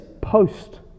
post